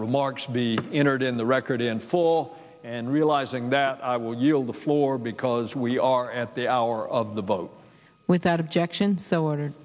remarks be entered in the record in full and realizing that i will yield the floor because we are at the hour of the vote without objection so order